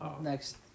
next